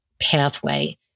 pathway